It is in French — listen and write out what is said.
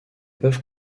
peuvent